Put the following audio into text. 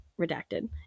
redacted